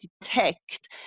detect